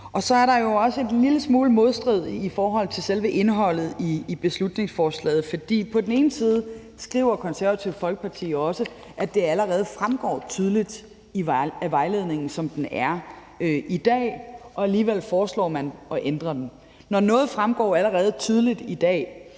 Så er der jo også en lille smule modstrid i forhold til selve indholdet i beslutningsforslaget, for på den ene side skriver Det Konservative Folkeparti også, at det allerede fremgår tydeligt af vejledningen, som den er i dag, og alligevel foreslår man på den anden side at ændre den. Når noget fremgår allerede tydeligt i dag,